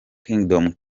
kingdom